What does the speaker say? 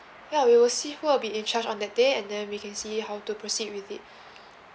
ya we'll see who will be in charge on that day and then we can see how to proceed with it